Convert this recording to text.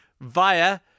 via